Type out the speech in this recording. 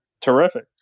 terrific